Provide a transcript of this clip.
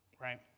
Right